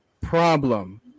problem